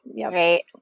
right